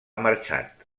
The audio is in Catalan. marxat